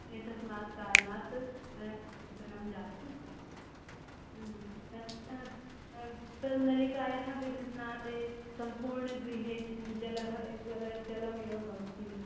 एतस्मात् कारणात् घटनं जातं तद् नलिकायाः विघटनात् सम्पूर्णगृहे जलं जलं जलम् एव भवति